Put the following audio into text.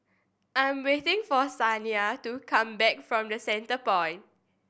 I'm waiting for Saniya to come back from The Centrepoint